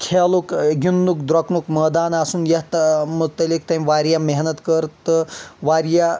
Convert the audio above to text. کھیلُک گنٛدنُک درۄکنُک مٲدان آسُن یَتھ مُتعلِق تٔمۍ واریاہ محنت کٔر تہٕ واریاہ